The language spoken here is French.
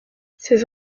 ses